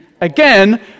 again